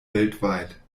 weltweit